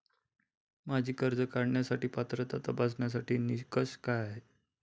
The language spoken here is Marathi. माझी कर्ज काढण्यासाठी पात्रता तपासण्यासाठीचे निकष काय आहेत?